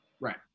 right